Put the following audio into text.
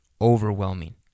overwhelming